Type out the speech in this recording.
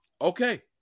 Okay